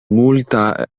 multa